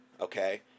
okay